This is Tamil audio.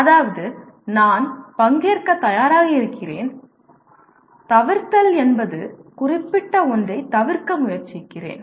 அதாவது நான் பங்கேற்க தயாராக இருக்கிறேன் தவிர்த்தல் என்பது குறிப்பிட்ட ஒன்றைத் தவிர்க்க முயற்சிக்கிறேன்